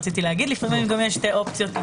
לפעמים יש גם שתי אופציות.